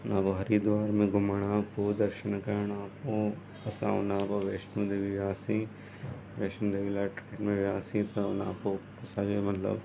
न व हरिद्वार में घुमिणो पोइ दर्शन करण खां पोइ असां हुन खां पोइ वैष्णो देवी वियासीं वैष्णो देवी लाइ ट्रेन में वियासीं त हुन खां पोइ असांजे मतिलबु